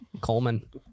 coleman